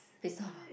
they stop ah